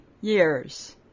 years